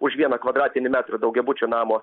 už vieną kvadratinį metrą daugiabučio namo